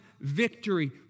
victory